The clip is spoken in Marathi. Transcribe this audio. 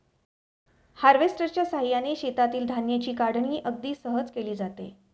हार्वेस्टरच्या साहाय्याने शेतातील धान्याची काढणी अगदी सहज केली जाते